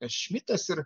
šmitas ir